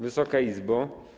Wysoka Izbo!